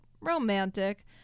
romantic